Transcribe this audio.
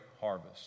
harvest